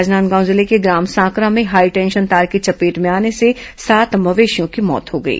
राजनांदगांव जिले के ग्राम सांकरा में हाईटेंशन तार की चपेट में आने से सात मवेशियों की मौत हो गई